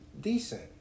decent